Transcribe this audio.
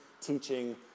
teaching